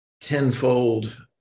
tenfold